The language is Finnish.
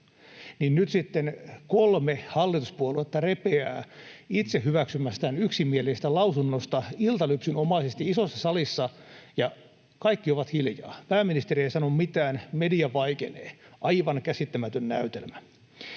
Nyt sitten kolme hallituspuoluetta repeää itse hyväksymästään yksimielisestä lausunnosta iltalypsynomaisesti isossa salissa, ja kaikki ovat hiljaa: pääministeri ei sano mitään, media vaikenee. Aivan käsittämätön näytelmä.